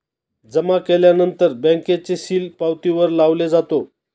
जमा केल्यानंतर बँकेचे सील पावतीवर लावले जातो